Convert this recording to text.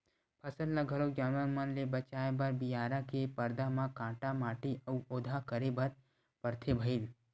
फसल ल घलोक जानवर मन ले बचाए बर बियारा के परदा म काटा माटी अउ ओधा करे बर परथे भइर